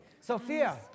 Sophia